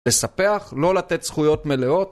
לספח, לא לתת זכויות מלאות